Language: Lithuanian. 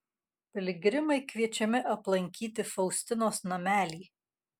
piligrimai kviečiami aplankyti faustinos namelį